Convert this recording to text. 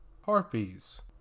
Harpies